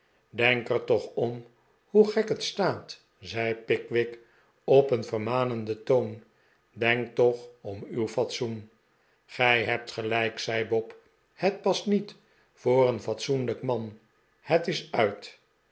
denk ertoch om hoe gek het staat zei pickwick op een vermanenden toon denk toch om uw fatsoen gij hebt gelijk zei bob het past niet voor een fatsoenlijk man het is uit